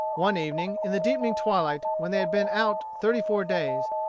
one evening, in the deepening twilight, when they had been out thirty-four days,